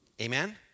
Amen